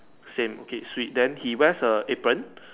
same okay swee then he wears a apron